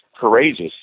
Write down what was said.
courageous